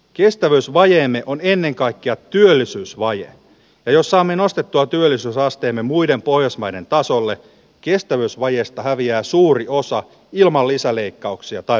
kestävyysvajeemme on ennen kaikkea työllisyys vai osaamme nostettua työllisyysasteemme muiden pohjoismaiden tasolle kestävyysvajeesta häviää suuri osa ilman lisäleikkauksia tai